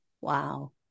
Wow